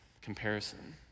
comparison